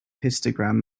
histogram